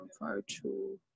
virtual